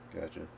Gotcha